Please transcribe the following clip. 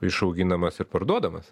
išauginamas ir parduodamas